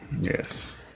Yes